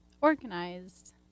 organized